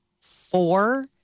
four